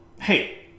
hey